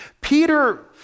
Peter